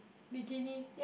bikini